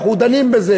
אנחנו דנים בזה,